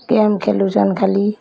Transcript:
game ଖେଲୁଛନ୍ ଖାଲି